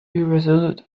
irresolute